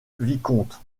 vicomte